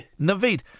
Naveed